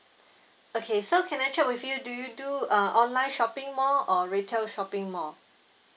okay so can I check with you do you do uh online shopping more or retail shopping mall